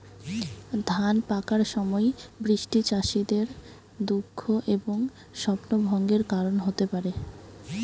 ধান পাকার সময় বৃষ্টি চাষীদের দুঃখ এবং স্বপ্নভঙ্গের কারণ হতে পারে